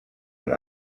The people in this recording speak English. done